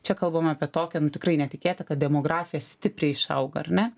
čia kalbam apie tokią nu tikrai netikėtą kad demografija stipriai išauga ar ne